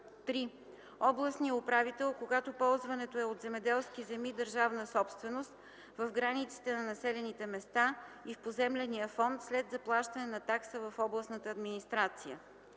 3. областния управител, когато ползването е от земеделски земи – държавна собственост, в границите на населените места и в поземления фонд, след заплащане на такса в областната администрация;